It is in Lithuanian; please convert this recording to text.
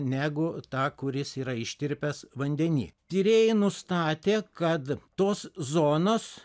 negu tą kuris yra ištirpęs vandeny tyrėjai nustatė kad tos zonos